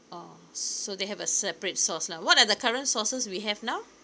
oh so they have a separate sauce lah what are the current sauces we have now